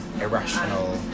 irrational